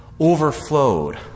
overflowed